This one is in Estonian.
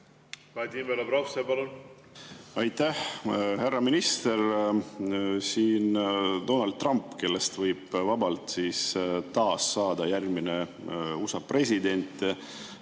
Aitäh! Härra minister! Donald Trump, kellest võib vabalt taas saada järgmine USA president,